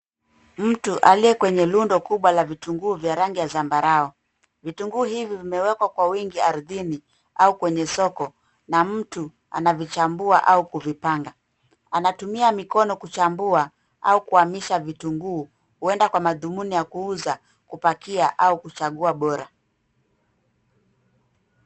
Mtu aliye kwenye rundo kubwa la vitunguu ya rangi ya zambarau .Vitunguu hivi vimewekwa kwa wingi ardhini au kwenye soko na mtu anavichambua au kuvipanga. Anatumia mikono kuchambua au kuhamisha vitunguu ,huenda kwa madhumuni ya kuuza, kupakia au kuchagua bora.